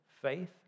faith